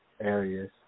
areas